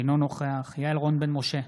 אינו נוכח יעל רון בן משה,